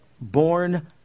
Born